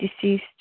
deceased